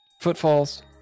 Footfalls